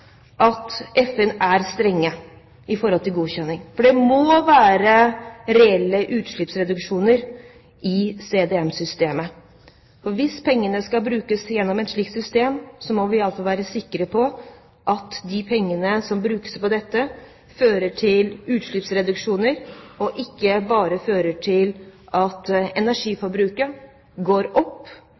at FN er streng med godkjenning, for det må være reelle utslippsreduksjoner i CDM-systemet. Hvis pengene skal brukes gjennom et slikt system, må vi i alle fall være sikre på at de pengene som brukes på dette, fører til utslippsreduksjoner, og ikke bare fører til at energiforbruket går opp